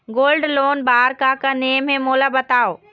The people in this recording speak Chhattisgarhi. गोल्ड लोन बार का का नेम हे, मोला बताव?